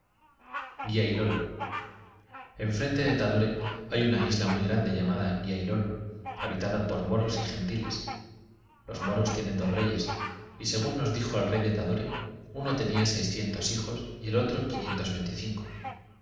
giailolo enfrente de tadore hay una isla muy grande llamada y y lo lo habitada por moros y gentiles los moros tienen dos reyes y según nos dijo el rey de tadore uno tenía seiscientos hijos y el otro